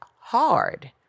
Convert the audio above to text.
hard